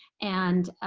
and